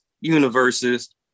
universes